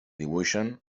dibuixen